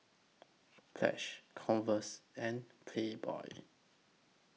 Pledge Converse and Playboy